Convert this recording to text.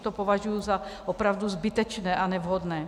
To považuji za opravdu zbytečné a nevhodné.